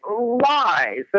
lies